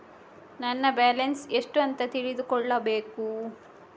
ನನ್ನ ಬ್ಯಾಲೆನ್ಸ್ ಎಷ್ಟು ಅಂತ ತಿಳಿದುಕೊಳ್ಳಬೇಕು?